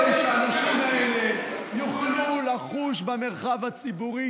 כדי שהאנשים האלה יוכלו לחוש במרחב הציבורי,